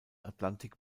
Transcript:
atlantik